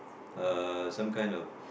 uh some kind of